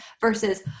versus